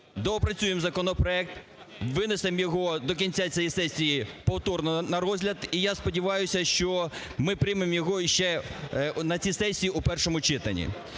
доопрацюємо законопроект, винесемо його до кінця цієї сесії повторно на розгляд, і сподіваюся, що ми приймемо його ще на цій сесії у першому читанні.